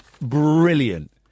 brilliant